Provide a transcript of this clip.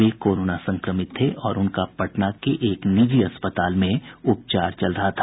वे corona संक्रमित थे और उनका पटना के एक निजी अस्पताल में उपचार चल रहा था